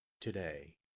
today